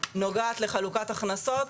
נוגעת לחלוקת הכנסות.